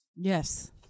Yes